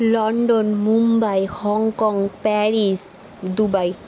London Mumbai Hong Kong Paris Dubai